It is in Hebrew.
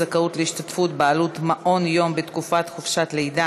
זכאות להשתתפות בעלות מעון-יום בתקופת חופשת הלידה),